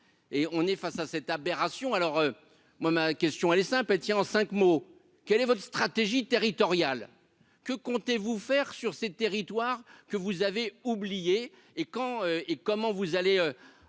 et on est face à cette aberration alors moi, ma question elle est simple et tient en 5 mots, quelle est votre stratégie territoriale, que comptez-vous faire sur ces territoires que vous avez oublié et quand et comment vous allez